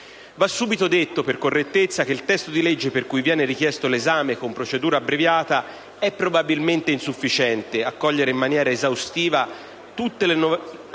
Va subito detto per correttezza che il testo di legge per cui viene richiesto l'esame con procedura abbreviata è probabilmente insufficiente a cogliere in maniera esaustiva tutte le novità